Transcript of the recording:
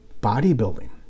bodybuilding